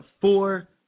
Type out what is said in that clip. four